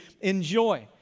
enjoy